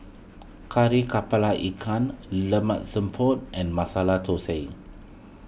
Kari Kepala Ikan Lemak Siput and Masala Thosai